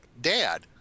dad